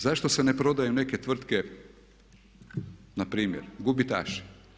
Zašto se ne prodaju neke tvrtke npr. gubitaši?